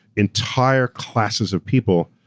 entire classes of people,